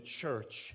church